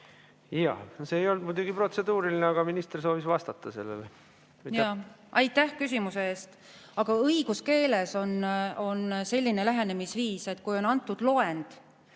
Jaa, see ei olnud muidugi protseduuriline, aga minister soovib sellele vastata. Jaa. Aitäh küsimuse eest! Aga õiguskeeles on selline lähenemisviis, et kui on antud loend